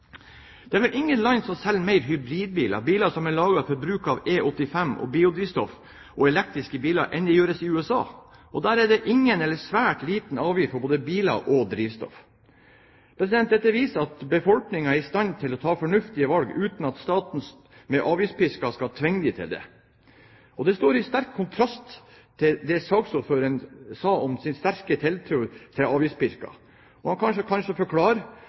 Det er vel ingen land som selger flere hybridbiler, biler som er laget for bruk av E85 og biodrivstoff, og elektriske biler enn USA, og der er det ingen eller svært liten avgift på både biler og drivstoff. Dette viser at befolkningen er i stand til å ta fornuftige valg uten at staten med avgiftspisken skal tvinge dem til det. Det står i sterk kontrast til saksordførerens sterke tiltro til avgiftspisken. Han kan kanskje forklare